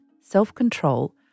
self-control